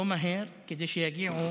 לא מהר, כדי שיגיעו